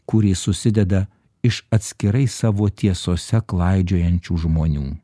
kuri susideda iš atskirai savo tiesose klaidžiojančių žmonių